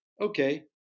okay